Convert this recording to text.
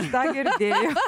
tą girdėjau